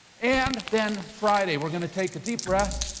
and then friday, we're gonna take a deep breath,